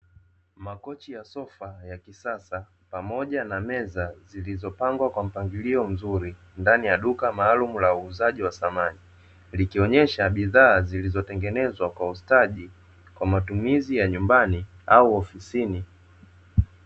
Makochi ya sofa ya kisasa pamoja na meza zilizopangwa kwa mpangilio mzuri ndani ya duka maalumu la uuzaji wa samani, likionyesha bidhaa lililotengenezwa kwa ustadi kwa matumizi ya nyumbani au ofisini.